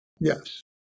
Yes